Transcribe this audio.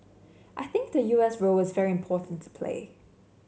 I think the U S role is very important to play